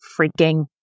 freaking